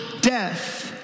death